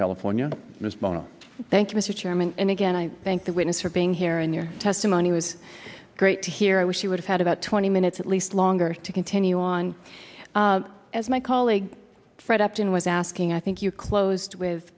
chairman and again i thank the witness for being here and your testimony was great to hear i wish you would have had about twenty minutes at least longer to continue on as my colleague fred upton was asking i think you closed with